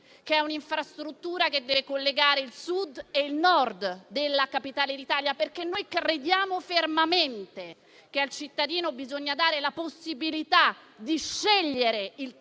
metro C, infrastruttura che deve collegare il Sud e il Nord della capitale d'Italia, perché crediamo fermamente che al cittadino si debba dare la possibilità di scegliere il trasporto